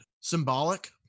symbolic